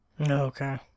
Okay